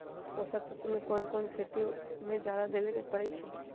पोषक तत्व क कौन कौन खेती म जादा देवे क परईछी?